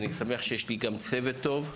אני שמח שיש לי גם צוות טוב.